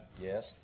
Yes